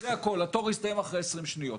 זה הכול, התור הסתיים אחרי 20 שניות.